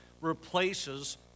replaces